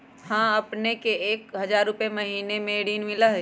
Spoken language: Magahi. हां अपने के एक हजार रु महीने में ऋण मिलहई?